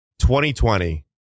2020